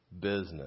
business